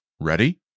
Ready